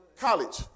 College